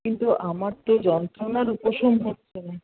কিন্তু আমার তো যন্ত্রণার উপশম হচ্ছে না